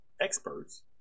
experts